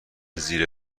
زیر